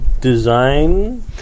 Design